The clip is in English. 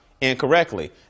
incorrectly